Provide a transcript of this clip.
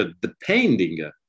depending